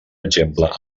exemple